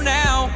now